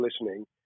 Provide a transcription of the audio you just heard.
listening